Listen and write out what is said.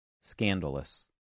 scandalous